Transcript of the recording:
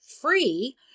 free